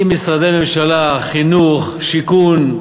עם משרדי ממשלה: חינוך, שיכון,